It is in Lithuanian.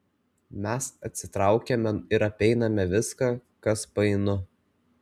mes atsitraukiame ir apeiname viską kas painu